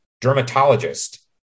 dermatologist